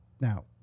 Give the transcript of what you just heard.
now